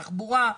תחבורה,